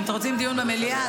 אתם רוצים דיון במליאה?